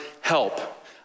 help